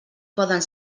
poden